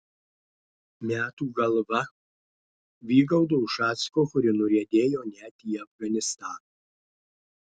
metų galva vygaudo ušacko kuri nuriedėjo net į afganistaną